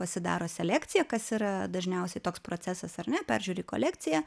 pasidaro selekciją kas yra dažniausiai toks procesas ar ne peržiūri kolekciją